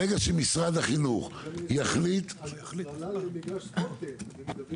ברגע שמשרד החינוך יחליט --- הצללה למגרש ספורט אין.